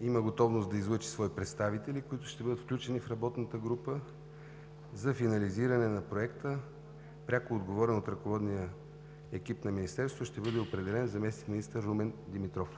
има готовност да излъчи свои представители, които ще бъдат включени в работната група за финализиране на проекта. Като пряко отговорен от ръководния екип на Министерството ще бъде определен заместник-министър Румен Димитров.